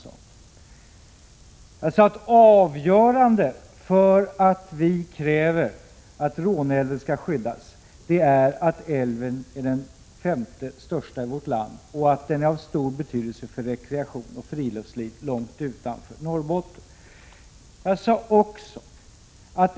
Jag framhöll att avgörande för att vi kräver att Råneälven skall skyddas är att älven är den femte största i vårt land och att den har stor betydelse för rekreation och friluftsliv långt utanför Norrbotten.